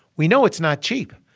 we know it's not cheap.